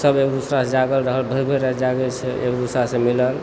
सब एक दूसरासँ जागल रहल भरि भरि राति जागय छै एक दूसरासँ मिलल